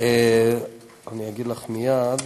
אגיד לך מייד.